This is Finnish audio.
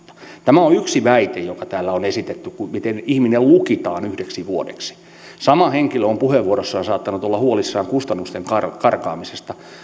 tämä on yksi väite joka täällä on esitetty se miten ihminen lukitaan yhdeksi vuodeksi sama henkilö on puheenvuorossaan saattanut olla huolissaan kustannusten karkaamisesta